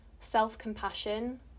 self-compassion